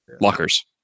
Lockers